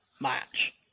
match